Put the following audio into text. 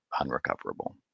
unrecoverable